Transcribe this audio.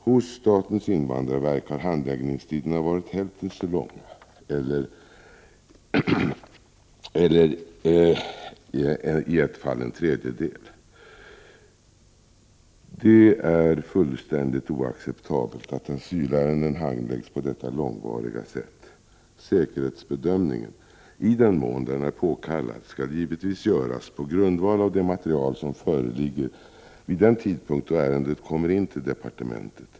Hos statens invandrarverk har handläggningstiderna varit hälften så långa eller, i ett fall, en tredjedel. Det är fullständigt oacceptabelt att asylärenden handläggs på detta långvariga sätt. Säkerhetsbedömningen — i den mån den är påkallad — skall givetvis göras på grundval av det material som föreligger vid den tidpunkt då ärendet kommer in till departementet.